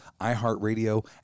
iHeartRadio